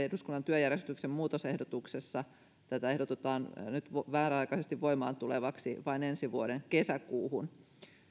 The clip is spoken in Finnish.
eduskunnan työjärjestyksen muutosehdotuksessa tätä ehdotetaan nyt määräaikaisesti voimaantulevaksi vain ensi vuoden kesäkuuhun